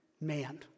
man